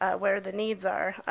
ah where the needs are.